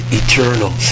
eternal